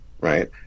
right